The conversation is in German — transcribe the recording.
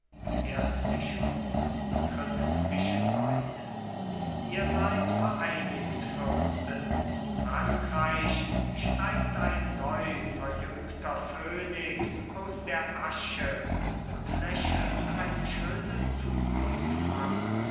erzbischof tritt zwischen beide ihr seid vereinigt fürsten frankreich steigt ein neu verjüngter phönix aus der asche uns lächelt eine schöne zukunft an